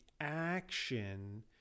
action